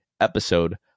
episode